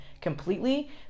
Completely